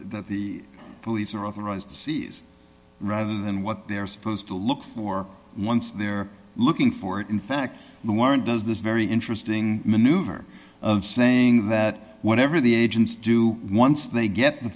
that the police are authorized to seize rather than what they're supposed to look for once they're looking for it in fact the warrant does this very interesting maneuver of saying that whatever the agents do once they get